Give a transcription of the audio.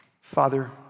Father